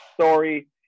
story